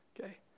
Okay